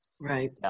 Right